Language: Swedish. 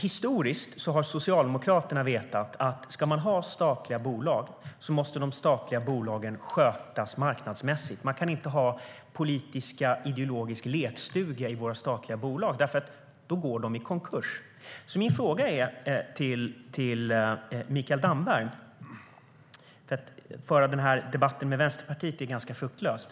Historiskt har Socialdemokraterna vetat att om det ska finnas statliga bolag måste de drivas marknadsmässigt. Man kan inte göra våra statliga bolag till politiskt ideologiska lekstugor för då går de i konkurs. Att föra debatten med Vänsterpartiet är ganska fruktlöst.